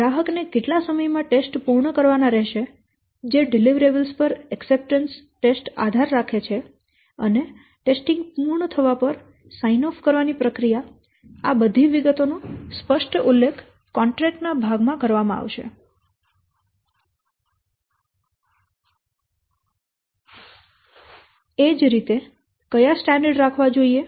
ગ્રાહક ને કેટલા સમય માં ટેસ્ટ પૂર્ણ કરવાના રહેશે જે ડિલિવરીબલ્સ પર એકસપટન્સ ટેસ્ટ આધાર રાખે છે અને ટેસ્ટિંગ પૂર્ણ થવા પર સાઇન ઑફ કરવાની પ્રક્રિયા આ બધી વિગતો નો સ્પષ્ટ ઉલ્લેખ કોન્ટ્રેક્ટ ના ભાગ માં કરવામાં આવશે એ જ રીતે કયા સ્ટાન્ડર્ડ રાખવા જોઈએ